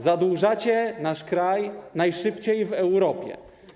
Zadłużacie nasz kraj najszybciej w Europie.